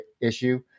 issue